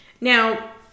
Now